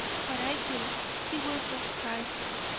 what i do he will subscribe to.